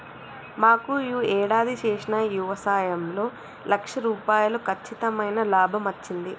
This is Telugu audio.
మాకు యీ యేడాది చేసిన యవసాయంలో లక్ష రూపాయలు కచ్చితమైన లాభమచ్చింది